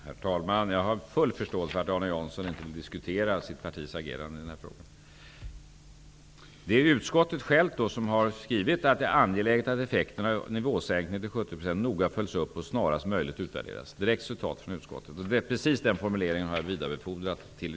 Herr talman! Jag har full förståelse för att Arne Jansson inte vill diskutera sitt partis agerande i denna fråga. Utskottet självt har skrivit att ''det är angeläget att effekterna av nivåsänkningen till 70 % noga följs upp och snarast möjligt utvärderas''. Precis den formuleringen har jag vidarebefordrat till